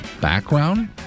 background